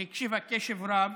היא הקשיבה קשב רב